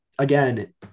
Again